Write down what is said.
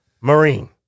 Marine